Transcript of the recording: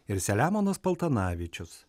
ir selemonas paltanavičius